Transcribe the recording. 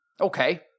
Okay